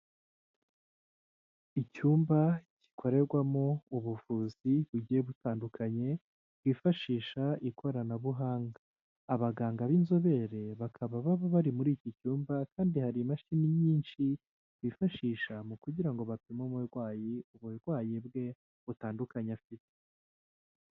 Icyumba gikorerwamo ubuvuzi bugiye butandukanye, bwifashisha ikoranabuhanga. Abaganga b'inzobere bakaba baba bari muri iki cyumba kandi hari imashini nyinshi, bifashisha mu kugira ngo bapime umurwayi uburwayi bwe butandukanye afite.